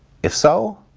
if so,